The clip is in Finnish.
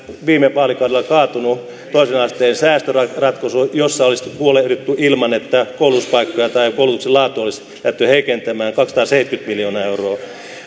viime vaalikaudella kaatunut toisen asteen säästöratkaisu josta olisi huolehdittu ilman että koulutuspaikkoja tai koulutuksen laatua olisi lähdetty heikentämään kaksisataaseitsemänkymmentä miljoonaa euroa